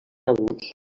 adults